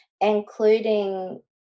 including